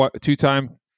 two-time